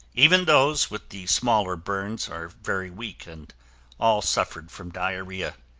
even those with the smaller burns are very weak and all suffered from diarrhea.